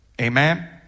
Amen